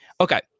Okay